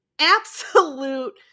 absolute